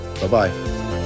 Bye-bye